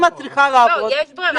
אם שצריכה לעבוד --- לא, יש ברירה.